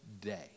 day